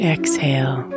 Exhale